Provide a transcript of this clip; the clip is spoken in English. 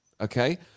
Okay